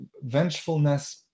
vengefulness